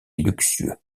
luxueux